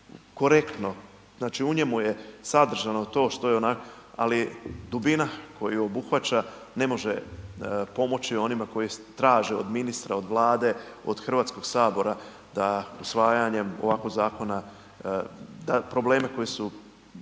korektno, znači u njemu je sadržano to što je onak, ali dubina koju obuhvaća ne može pomoći onima koji traže od ministra, od Vlade, od Hrvatskog sabora da usvajanjem ovakvog zakona da probleme koji su